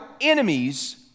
enemies